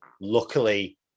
luckily